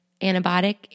antibiotic